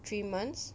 three months